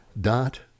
dot